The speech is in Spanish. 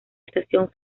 estación